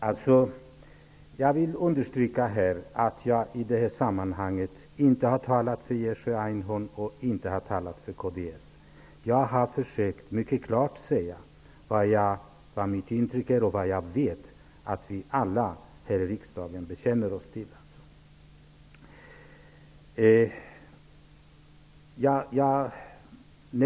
Herr talman! Jag vill understryka att jag i detta sammanhang inte har talat för Jerzy Einhorn och för kds. Jag har försökt att säga, mycket klart, vilket mitt intryck är och vad jag vet att vi alla här i riksdagen bekänner oss till.